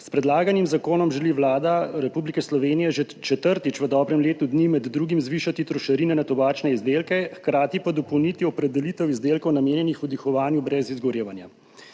S predlaganim zakonom želi Vlada Republike Slovenije že četrtič v dobrem letu dni med drugim zvišati trošarine na tobačne izdelke, hkrati pa dopolniti opredelitev izdelkov, namenjenih vdihovanju brez izgorevanja.